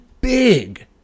big